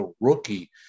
rookie